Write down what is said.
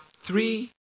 three